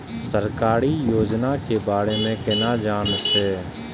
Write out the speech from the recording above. सरकारी योजना के बारे में केना जान से?